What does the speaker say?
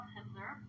Hitler